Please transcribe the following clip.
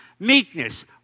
Meekness